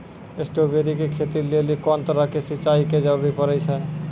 Strawberry के खेती लेली कोंन तरह के सिंचाई के जरूरी पड़े छै?